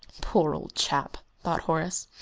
poor old chap! thought horace,